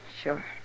Sure